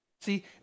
See